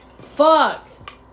Fuck